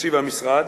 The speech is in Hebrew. בתקציב המשרד,